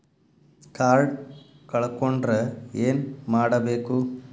Card ಕಳ್ಕೊಂಡ್ರ ಏನ್ ಮಾಡಬೇಕು?